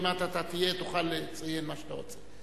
עוד מעט תוכל לציין מה שאתה רוצה.